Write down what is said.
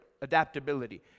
adaptability